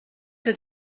que